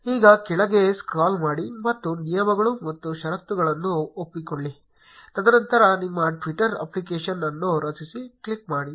ಈಗ ಕೆಳಗೆ ಸ್ಕ್ರಾಲ್ ಮಾಡಿ ಮತ್ತು ನಿಯಮಗಳು ಮತ್ತು ಷರತ್ತುಗಳನ್ನು ಒಪ್ಪಿಕೊಳ್ಳಿ ತದನಂತರ ನಿಮ್ಮ ಟ್ವಿಟರ್ ಅಪ್ಲಿಕೇಶನ್ ಅನ್ನು ರಚಿಸಿ ಕ್ಲಿಕ್ ಮಾಡಿ